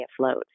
afloat